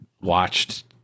watched